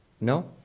No